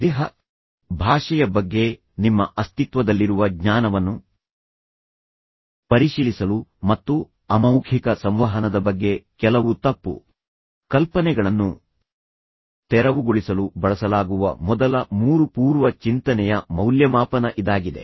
ದೇಹ ಭಾಷೆಯ ಬಗ್ಗೆ ನಿಮ್ಮ ಅಸ್ತಿತ್ವದಲ್ಲಿರುವ ಜ್ಞಾನವನ್ನು ಪರಿಶೀಲಿಸಲು ಮತ್ತು ಅಮೌಖಿಕ ಸಂವಹನದ ಬಗ್ಗೆ ಕೆಲವು ತಪ್ಪು ಕಲ್ಪನೆಗಳನ್ನು ತೆರವುಗೊಳಿಸಲು ಬಳಸಲಾಗುವ ಮೊದಲ ಮೂರು ಪೂರ್ವ ಚಿಂತನೆಯ ಮೌಲ್ಯಮಾಪನ ಇದಾಗಿದೆ